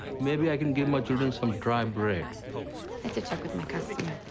maybe i can give my children some dry bread. i have to check with my customer.